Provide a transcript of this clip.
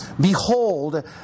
Behold